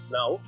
Now